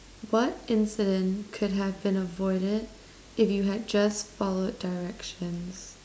what incident could have been avoided if you had just followed directions